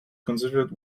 considered